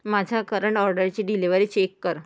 माझ्या करंट ऑर्डरची delivery check कर